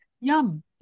yum